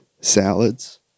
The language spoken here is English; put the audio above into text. Salads